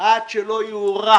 עד שלא יוארך